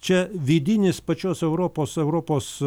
čia vidinis pačios europos europos